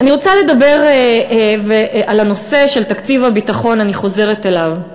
אני רוצה לדבר על תקציב הביטחון, אני חוזרת אליו,